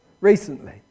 recently